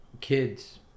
kids